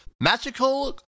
Magical